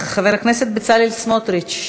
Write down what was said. חבר הכנסת בצלאל סמוטריץ,